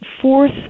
fourth